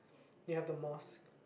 you have the mosque